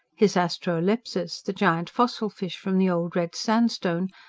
his asterolepsis, the giant fossil-fish from the old red sandstone,